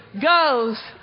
goes